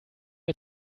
mir